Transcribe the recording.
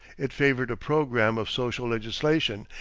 it favored a program of social legislation,